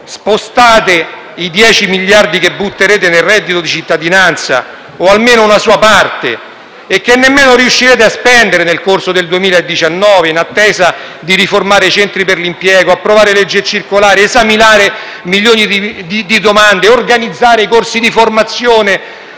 Spostate i 10 miliardi che butterete nel reddito di cittadinanza o almeno una parte, che nemmeno riuscirete a spendere nel corso del 2019, in attesa di riformare i centri per l'impiego, approvare leggi e circolari, esaminare milioni di domande, organizzare i corsi di formazione